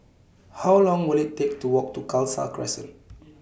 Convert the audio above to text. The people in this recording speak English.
How Long Will IT Take to Walk to Khalsa Crescent